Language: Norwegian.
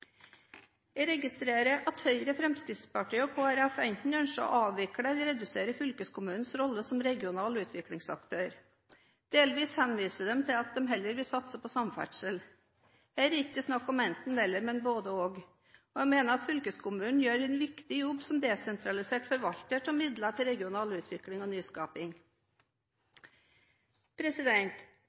Jeg registrerer at Høyre, Fremskrittspartiet og Kristelig Folkeparti enten ønsker å avvikle eller redusere fylkeskommunens rolle som regional utviklingsaktør. Delvis henviser de til at de heller vil satse på samferdsel. Her er det ikke snakk om enten–eller, men om både–og, og jeg mener at fylkeskommunen gjør en viktig jobb som desentralisert forvalter av midler til regional utvikling og